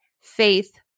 Faith